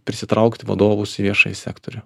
prisitraukti vadovus į viešąjį sektorių